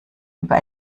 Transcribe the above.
über